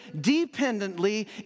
dependently